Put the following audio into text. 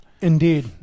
Indeed